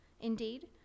Indeed